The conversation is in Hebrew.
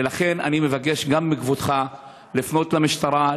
ולכן אני מבקש גם מכבודך לפנות למשטרה,